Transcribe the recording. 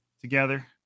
together